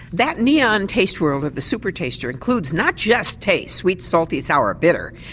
that neon taste world of the supertaster includes not just taste, sweet, salty, sour, bitter,